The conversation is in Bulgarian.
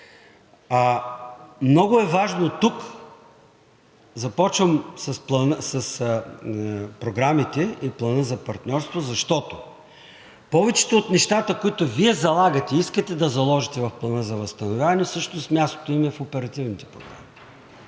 Много е важно тук, започвам с програмите и Плана за партньорство, защото повече от нещата, които Вие залагате, искате да заложите в Плана за възстановяване, всъщност мястото им е в оперативните програми.